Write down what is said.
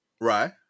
Right